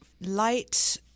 light